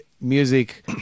music